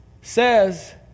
says